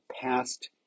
past